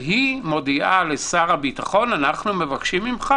והיא מודיעה לשר הביטחון: אנחנו מבקשים ממך